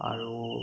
আৰু